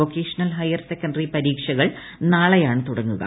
vocational higher secondary പരീക്ഷകൾ നാളെയാണ് തുടങ്ങുക